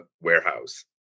warehouse